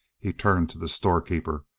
he turned to the storekeeper,